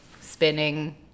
spinning